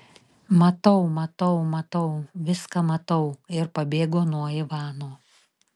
matau matau matau viską matau ir pabėgo nuo ivano